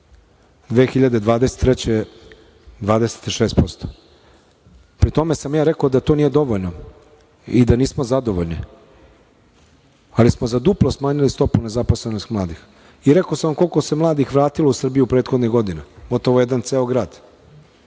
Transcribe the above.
godine 26%, pri tome sam rekao da to nije dovoljno i da nismo zadovoljni, ali smo za duplo smanjili stopu nezaposlenost mladih. Rekao sam vam koliko se mladih vratilo u Srbiju prethodnih godina, gotovo jedan ceo grad.